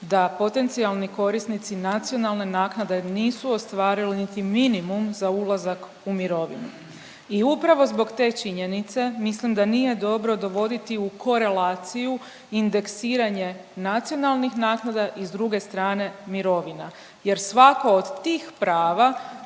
da potencijalni korisnici nacionalne naknade nisu ostvarili niti minimum za ulazak u mirovinu. I upravo zbog te činjenice mislim da nije dobro dovoditi u korelaciju indeksiranje nacionalnih naknada i s druge strane mirovina jer svako od tih prava